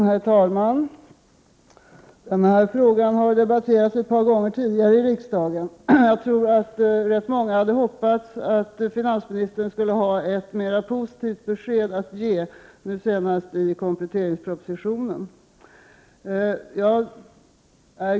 Herr talman! Den här frågan har debatterats ett par gånger tidigare i riksdagen. Jag tror att många hade hoppats att finansministern skulle ha ett mera positivt besked att ge nu senast i kompletteringspropositionen.